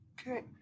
okay